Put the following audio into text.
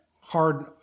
Hard